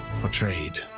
Portrayed